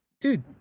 dude